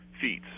feet